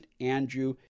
Andrew